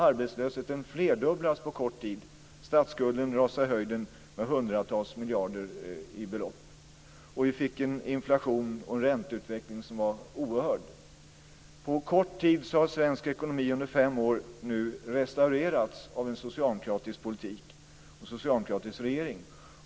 Arbetslösheten flerdubblades på kort tid. Statsskulden sköt i höjden med hundratals miljarder. Vi fick en inflation och en ränteutveckling som var oerhörd. På kort tid - fem år - har svensk ekonomi restaurerats med en socialdemokratisk politik och av en socialdemokratisk regering.